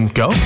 go